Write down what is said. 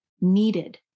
needed